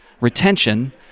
retention